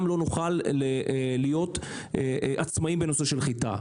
לא נוכל להיות עצמאים בנושא של חיטה,